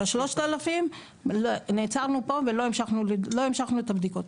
ה-3,000 נעצרנו פה ולא המשכנו את הבדיקות.